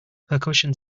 percussion